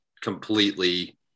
completely –